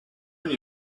only